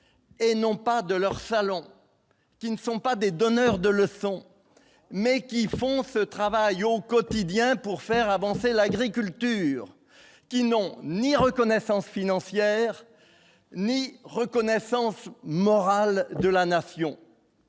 et non pas de leur salon qui ne sont pas des donneurs de leçons, mais qui font ce travail au quotidien pour faire avancer l'agriculture qui n'ont ni reconnaissance financière ni reconnaissance morale de la nation,